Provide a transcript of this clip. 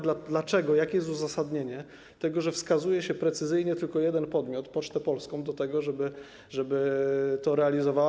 Dlaczego, jakie jest uzasadnienie tego, że wskazuje się precyzyjnie tylko jeden podmiot - Pocztę Polską - do tego, żeby to realizował?